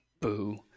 Boo